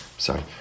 Sorry